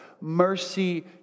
Mercy